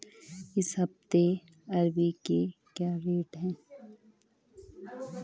इस हफ्ते अरबी के क्या रेट हैं?